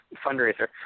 fundraiser